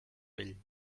vell